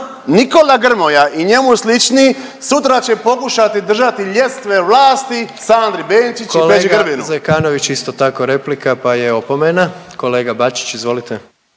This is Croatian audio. Nikola Grmoja i njemu slični sutra će pokušati držati ljestve vlasti Sandri Benčić i Peđi Grbinu. **Jandroković, Gordan (HDZ)** Kolega Zekanović isto tako replika, pa je opomena. Kolega Bačić, izvolite.